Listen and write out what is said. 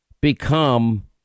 become